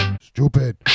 Stupid